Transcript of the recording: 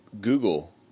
Google